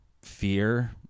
Fear